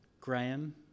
Graham